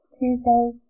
Tuesday